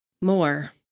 more